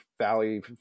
valley